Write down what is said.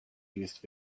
used